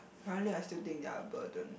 currently I still think they are burden